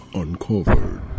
uncovered